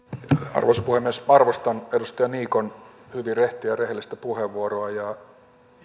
arvoisa puhemies arvostan edustaja niikon hyvin rehtiä ja rehellistä puheenvuoroa ja